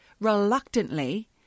reluctantly